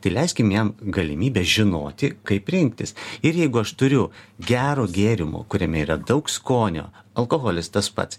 tai leiskim jam galimybę žinoti kaip rinktis ir jeigu aš turiu gero gėrimo kuriame yra daug skonio alkoholis tas pats